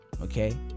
okay